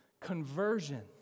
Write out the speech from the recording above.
Conversion